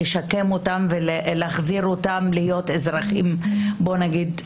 לשקם אותם ולהחזיר אותם להיות אזרחים טובים.